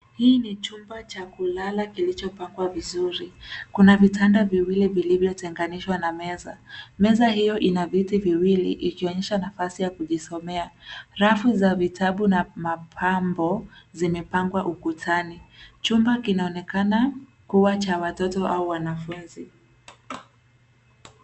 Hii ni chumba cha kulala kilichopangwa vizuri. Kuna vitanda viwili vilivyotenganishwa na meza. Meza hiyo ina viti viwili ikionyesha nafasi ya kujisomea. Rafu za vitabu na mapambo zimepangwa ukutani. Chumba kinaonekana kuwa cha watoto au wanafunzi.